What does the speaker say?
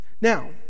Now